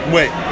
Wait